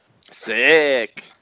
Sick